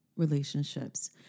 relationships